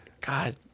God